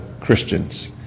Christians